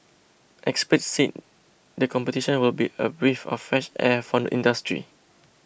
experts said the competition will be a breath of fresh air for the industry